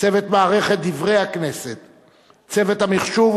צוות מערכת "דברי הכנסת"; צוות המחשוב,